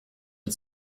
mit